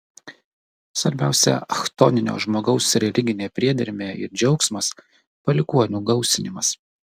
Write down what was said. svarbiausia chtoninio žmogaus religinė priedermė ir džiaugsmas palikuonių gausinimas